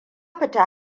fita